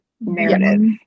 narrative